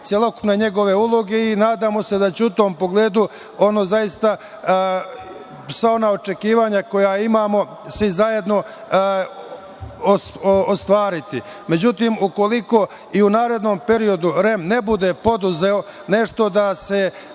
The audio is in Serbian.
celokupne njegove uloge i nadamo se da će u tom pogledu sva ona očekivanja koja imamo svi zajedno se ostvariti.Međutim, ukoliko i u narednom periodu REM ne bude poduzeo nešto da se